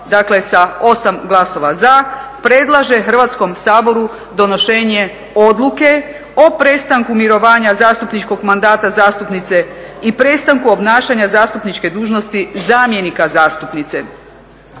dakle sa 8 glasova za, predlaže Hrvatskom saboru donošenje odluke o prestanku mirovanja zastupničkog mandata zastupnice i prestanku obnašanja zastupničke dužnosti zamjenika zastupnice.